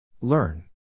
Learn